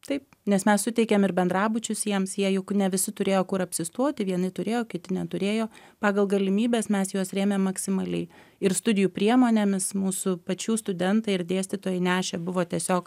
taip nes mes suteikėm ir bendrabučius jiems jie juk ne visi turėjo kur apsistoti vieni turėjo kiti neturėjo pagal galimybes mes juos rėmėm maksimaliai ir studijų priemonėmis mūsų pačių studentai ir dėstytojai nešė buvo tiesiog